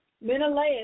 Menelaus